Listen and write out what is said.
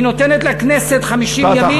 היא נותנת לכנסת 50 ימים.